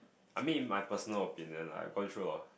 I mean in my personal opinion lah I'm quite sure of